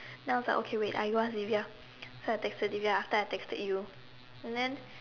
then I was like okay wait I go ask Divya so I texted Divya after I texted you and then